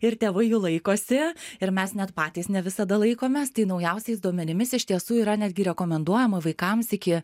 ir tėvai jų laikosi ir mes net patys ne visada laikomės tai naujausiais duomenimis iš tiesų yra netgi rekomenduojama vaikams iki